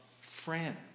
friend